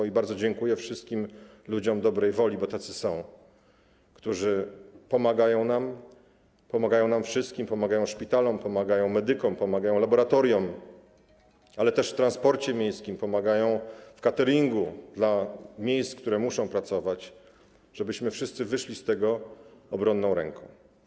I bardzo dziękuję wszystkim ludziom dobrej woli, bo tacy są, którzy pomagają nam, pomagają nam wszystkim, pomagają szpitalom, pomagają medykom, pomagają laboratoriom, ale też w transporcie miejskim, pomagają w kateringu dla miejsc, które muszą pracować, żebyśmy wszyscy wyszli z tego obronną ręką.